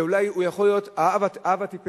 ואולי הוא יכול להיות האב הטיפש.